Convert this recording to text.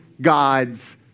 God's